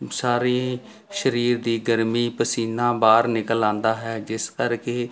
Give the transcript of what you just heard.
ਸਾਰੇ ਸਰੀਰ ਦੀ ਗਰਮੀ ਪਸੀਨਾ ਬਾਹਰ ਨਿਕਲ ਆਉਂਦਾ ਹੈ ਜਿਸ ਕਰਕੇ